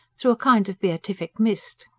through a kind of beatific mist.